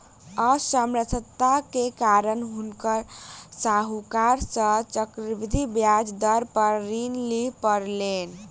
असमर्थता के कारण हुनका साहूकार सॅ चक्रवृद्धि ब्याज दर पर ऋण लिअ पड़लैन